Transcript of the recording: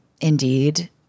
indeed